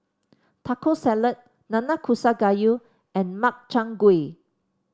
Taco Salad Nanakusa Gayu and Makchang Gui